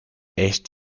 echt